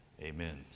amen